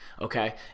okay